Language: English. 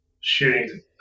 shooting